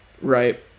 right